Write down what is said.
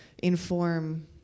Inform